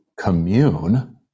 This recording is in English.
Commune